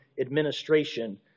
administration